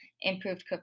improved